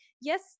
yes